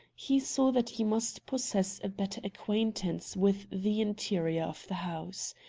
he saw that he must possess a better acquaintance with the interior of the house.